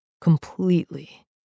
Completely